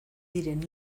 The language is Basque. diren